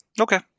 Okay